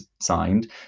signed